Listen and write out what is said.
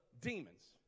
demons